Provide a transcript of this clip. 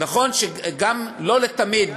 נכון לא לתמיד,